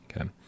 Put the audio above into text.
Okay